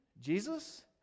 Jesus